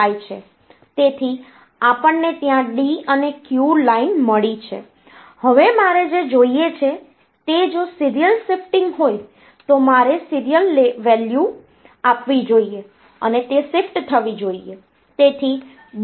તેથી આપણને ત્યાં d અને q લાઈન મળી છે હવે મારે જે જોઈએ છે તે જો સીરીયલ શિફ્ટિંગ હોય તો મારે સીરીયલ વેલ્યુ આપવી જોઈએ અને તે શિફ્ટ થવી જોઈએ